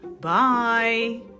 Bye